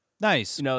Nice